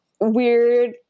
weird